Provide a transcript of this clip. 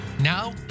Now